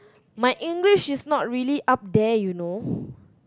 my English is not really up there you know